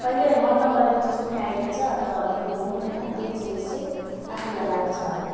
कहिले मन नपरेको चिज पनि आइदिन्छ त्यो अब त्यो घुम्दैन त्यही जिनिस चाहिँ आफूलाई लाग्छ अब